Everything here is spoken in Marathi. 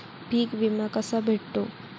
पीक विमा कसा भेटतो?